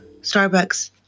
Starbucks